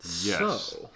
Yes